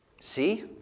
See